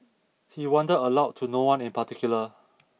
he wondered aloud to no one in particular